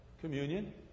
communion